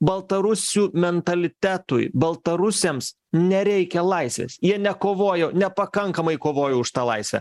baltarusių mentalitetui baltarusiams nereikia laisvės jie nekovojo nepakankamai kovoja už tą laisvę